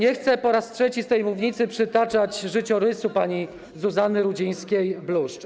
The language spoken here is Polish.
Nie chcę po raz trzeci z tej mównicy przytaczać życiorysu pani Zuzanny Rudzińskiej-Bluszcz.